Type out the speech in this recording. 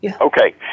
Okay